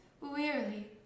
wearily